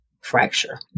fracture